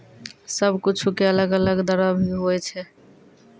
सब कुछु के अलग अलग दरो भी होवै छै